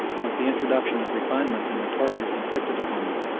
was the introduction of refinements in the tortures inflicted upon them,